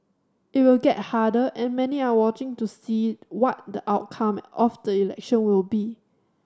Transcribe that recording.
it will get harder and many are watching to see what the outcome of the election will be